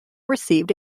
received